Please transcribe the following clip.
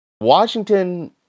washington